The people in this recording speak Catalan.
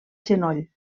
genoll